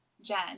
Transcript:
jen